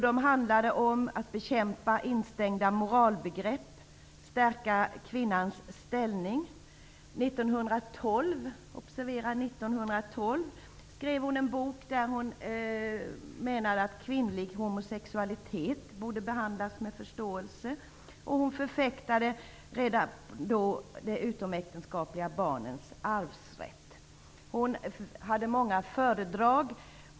De handlade om att man skulle bekämpa instängda moralbegrepp och stärka kvinnans ställning. År 1912 -- observera 1912 -- skrev hon en bok där hon menade att kvinnlig homosexualitet borde behandlas med förståelse. Hon förfäktade redan då de utomäktenskapliga barnens arvsrätt. Hon höll många föredrag.